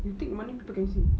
you take money people can see